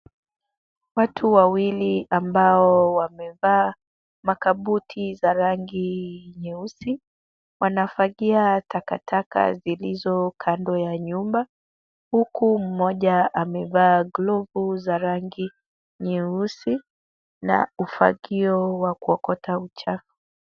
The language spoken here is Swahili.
Watu wawili ambao wamevaa makabuti za rangi nyeusi wanafagia takataka zilizo kando ya nyumba huku mmoja amevaa glovu za rangi nyeusi na ufagio wa kuokota uchafu.